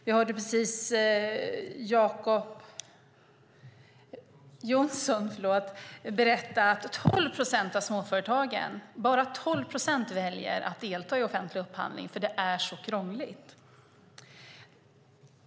Vi hörde precis Jacob Johnson berätta att bara 12 procent av småföretagen väljer att delta i offentlig upphandling för att det är så krångligt.